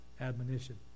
admonition